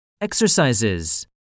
Exercises